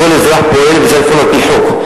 כל אזרח פועל וצריך לפעול על-פי חוק.